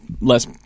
less